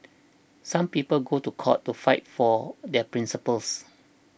some people go to court to fight for their principles